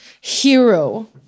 hero